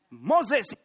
Moses